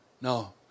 no